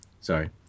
Sorry